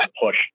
push